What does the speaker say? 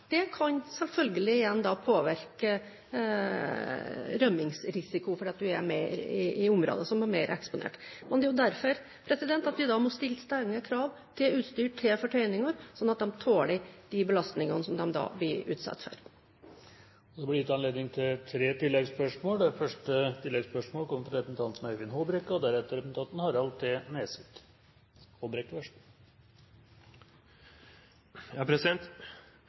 Det kan selvfølgelig igjen da påvirke rømningsrisiko, fordi man er i områder som altså er mer eksponert. Og det er jo derfor vi må stille strengere krav til utstyr, til fortøyninger, slik at de tåler de belastningene som de da blir utsatt for. Det blir gitt anledning til tre oppfølgingsspørsmål – først Øyvind Håbrekke. Nylig rømte, som det ble nevnt, 175 000 laks som nå svømmer utenfor kysten av Trøndelag og